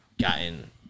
gotten